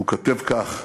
הוא כותב כך: